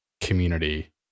community